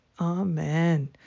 Amen